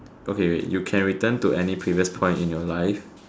okay wait you can return to any previous point in your life